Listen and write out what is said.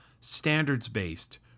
standards-based